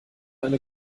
eine